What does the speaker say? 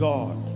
God